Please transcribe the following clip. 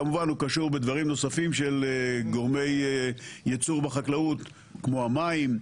כמובן הוא קשור בדברים נוספים של גורמי ייצור בחקלאות כמו המים,